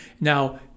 now